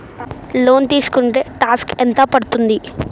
Loan తీస్కుంటే tax ఎంత పడ్తుంది?